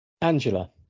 Angela